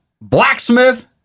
blacksmith